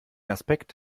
aspekt